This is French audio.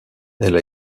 elle